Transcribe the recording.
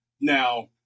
Now